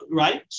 right